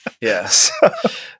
yes